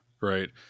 right